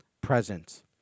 presence